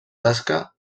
tasca